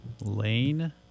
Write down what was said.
Lane